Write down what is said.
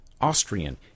Austrian